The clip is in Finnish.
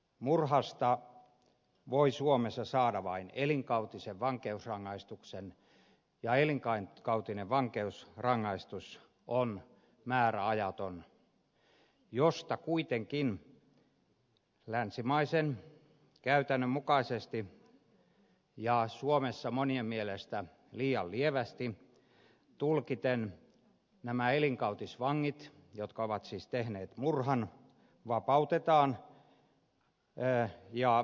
murhasta voi suomessa saada vain elinkautisen vankeusrangaistuksen ja elinkautinen vankeusrangaistus on määräajaton josta kuitenkin länsimaisen käytännön mukaisesti ja suomessa monien mielestä liian lievästi tulkiten nämä elinkautisvangit jotka ovat siis tehneet murhan vapautetaan